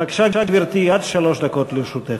בבקשה, גברתי, עד שלוש דקות לרשותך.